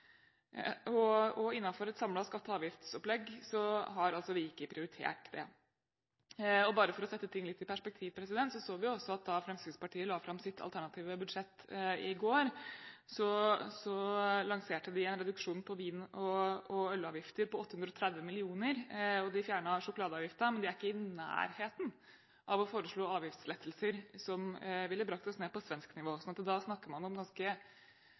et samlet skatte- og avgiftsopplegg har vi altså ikke prioritert det. Bare for å sette tingene litt i perspektiv: Da Fremskrittspartiet la fram sitt alternative budsjett i går, lanserte de en reduksjon på vin- og ølavgifter på 830 mill. kr, og de fjernet sjokoladeavgiften. Men de er ikke i nærheten av å foreslå avgiftslettelser som ville bragt oss ned på svensk nivå, for da snakker man om å ta ganske